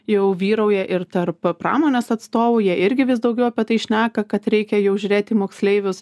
jau vyrauja ir tarp pramonės atstovų jie irgi vis daugiau apie tai šneka kad reikia jau žiūrėti į moksleivius